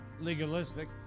legalistic